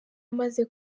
amaze